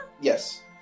Yes